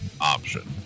option